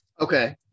okay